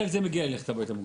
הצבעה בעד,